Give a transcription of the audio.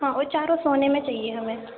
ہاں اور چاروں سونے میں چاہیے ہمیں